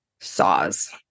saws